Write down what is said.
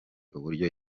uburyo